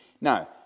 Now